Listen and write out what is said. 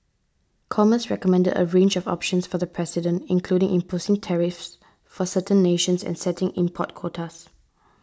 commerce recommended a range of options for the president including imposing tariffs for certain nations and setting import quotas